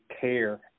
care